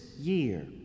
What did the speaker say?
year